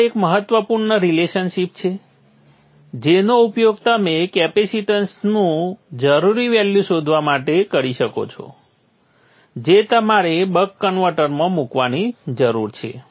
હવે આ એક મહત્વપૂર્ણ રિલેશનશિપ છે જેનો ઉપયોગ તમે કેપેસિટન્સનું જરૂરી વેલ્યુ શોધવા માટે કરી શકો છો જે તમારે બક કન્વર્ટરમાં મૂકવાની જરૂર છે